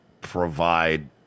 provide